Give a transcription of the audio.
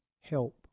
help